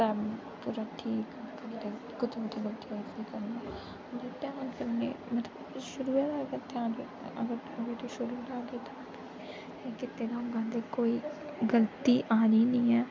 पूरा ठीक कु'त्थें कु'त्थें गलती होई उसी करना मतलब ध्यान कन्नै मतलब शुरू दा गै ध्यान कीते दा होंदा ते कोई गलती आनी निं ऐ